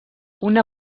una